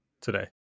today